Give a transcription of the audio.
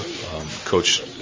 Coach